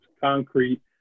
concrete